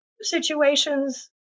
situations